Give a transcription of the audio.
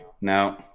No